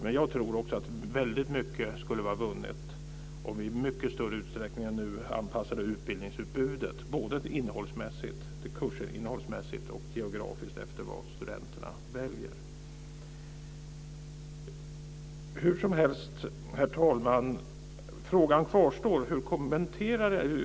Men jag tror att väldigt mycket skulle vara vunnet om vi i mycket större utsträckning än nu anpassade utbildningsutbudet, både kursinnehållsmässigt och geografiskt, efter vad studenterna väljer. Herr talman! Hur som helst kvarstår frågan.